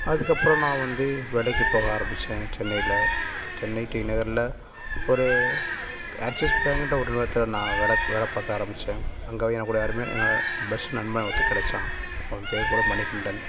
அதுக்கப்றம் நான் வந்து வேலைக்கு போக ஆரம்மிச்சேன் சென்னையில் சென்னை டி நகரில் ஒரு ஆக்சிஸ் பேங்குன்ற ஒரு நிறுவனத்தில் நான் வேலக் வேலை பார்க்க ஆரம்மிச்சேன் அங்கே என் கூட யாருமே என பெஸ்ட் நண்பன் ஒருத்தன் கெடச்சான் அவன் பெயரு கூட மணிகண்டன்